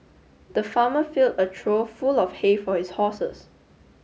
the farmer filled a through full of hay for his horses